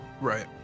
Right